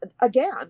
again